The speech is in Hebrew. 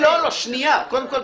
סליחה.